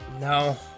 No